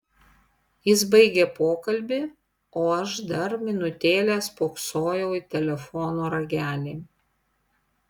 jis baigė pokalbį o aš dar minutėlę spoksojau į telefono ragelį